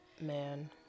man